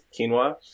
quinoa